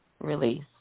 release